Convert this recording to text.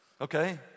okay